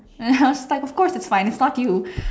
then I was like but of course its fine it's not you